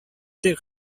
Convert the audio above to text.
тик